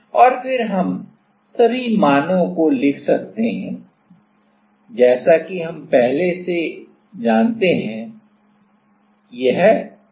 और फिर हम सभी मानों को लिख सकते हैं जैसा कि हम पहले से जानते हैं